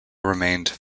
remained